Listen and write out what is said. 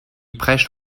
prêche